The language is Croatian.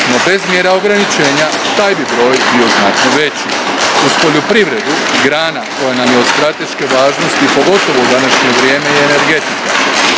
no bez mjera ograničenja, taj bi broj bio znatno veći. Uz poljoprivredu, grana koja nam je od strateške važnosti, pogotovo u današnje vrijeme je energetika.